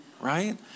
right